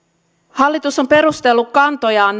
hallitus on perustellut kantojaan